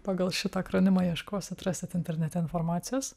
pagal šitą akronimą ieškosit atrasit internete informacijos